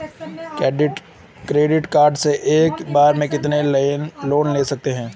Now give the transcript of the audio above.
Credit card से एक बार में कितना लोन ले सकते हैं?